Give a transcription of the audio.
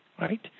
Right